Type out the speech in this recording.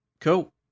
Cool